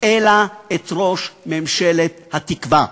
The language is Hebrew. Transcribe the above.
אלא את ראש ממשלת התקווה.